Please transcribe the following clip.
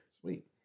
Sweet